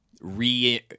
Re